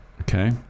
Okay